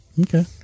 Okay